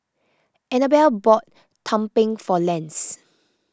Anabelle bought Tumpeng for Lance